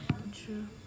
quite true